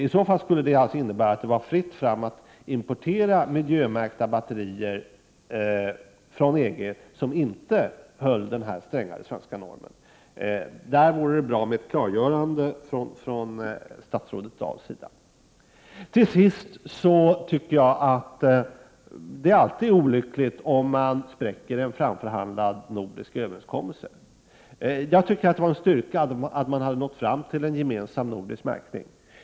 Det skulle i så fall innebära att det var fritt fram att importera miljömärkta batterier från EG som inte höll den strängare svenska normen. Det vore bra med ett klargörande från statsrådet Dahls sida. Till sist vill jag säga att det alltid är olyckligt om man spräcker en framförhandlad nordisk överenskommelse. Jag tycker att det var en styrka att man hade nått fram till en gemensam nordisk märkning.